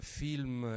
film